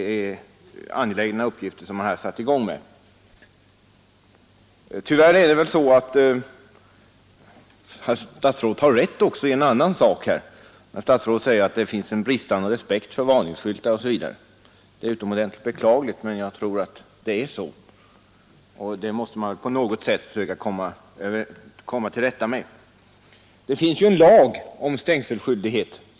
Dessa uppgifter är angelägna. Tyvärr måste jag medge att statsrådet har rätt när han säger att det råder bristande respekt för varningsskyltar osv. Detta är utomordentligt beklagligt, och vi måste på något sätt försöka komma till rätta med problemet. Det finns ju en lag om stängselskyldighet.